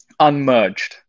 unmerged